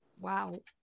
Wow